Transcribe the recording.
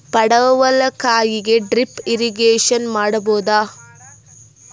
ಪಡವಲಕಾಯಿಗೆ drip irrigation ಮಾಡಬೋದ?